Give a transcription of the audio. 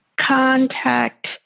Contact